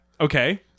Okay